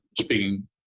speaking